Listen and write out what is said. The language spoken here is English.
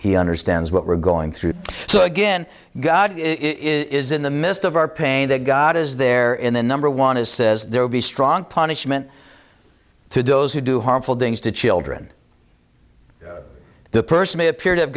he understands what we're going through so again god is in the midst of our pain that god is there in the number one is says there will be strong punishment to those who do harmful things to children the person may appear to have